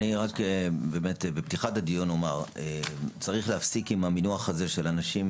אני רק אומר בפתיחת הדיון: צריך להפסיק עם המינוח הזה של אנשים,